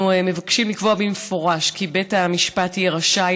אנחנו מבקשים לקבוע במפורש כי בית המשפט יהיה רשאי